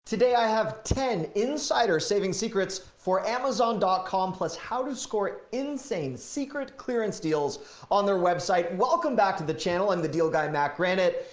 today i have ten insider saving secrets for amazon dot com plus how to score insane secret clearance deals on their website. welcome back to the channel am the deal guy matt granite.